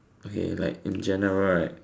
okay like in general right